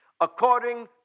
according